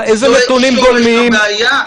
זה שורש הבעיה.